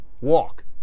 walk